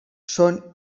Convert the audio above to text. són